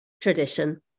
tradition